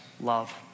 love